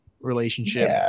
relationship